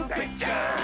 picture